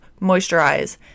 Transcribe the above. moisturize